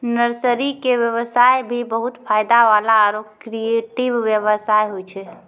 nursery के व्यवसाय भी बहुत फायदा वाला आरो क्रियेटिव व्यवसाय होय छै